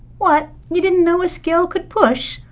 what? you didn't know a scale could push?